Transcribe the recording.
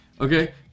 Okay